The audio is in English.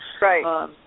Right